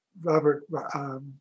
Robert